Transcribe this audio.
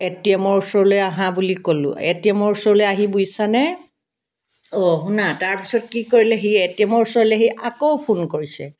এ টি এমৰ ওচৰলৈ আহাঁ বুলি ক'লোঁ এ টি এমৰ ওচৰলৈ আহি বুজিছানে অ' শুনা তাৰ পাছত কি কৰিলে সি এ টি এমৰ ওচৰলৈ আহি আকৌ ফোন কৰিছে